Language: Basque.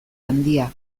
handia